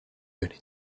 going